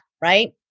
right